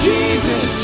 Jesus